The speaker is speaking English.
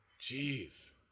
Jeez